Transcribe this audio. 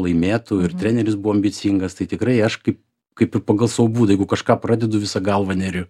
laimėtų ir treneris buvo ambicingas tai tikrai aš kaip kaip ir pagal savo būdą jeigu kažką pradedu visa galva neriu